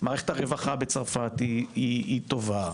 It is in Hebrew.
מערכת הרווחה בצרפת היא טובה,